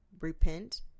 repent